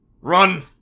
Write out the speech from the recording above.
run